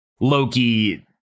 Loki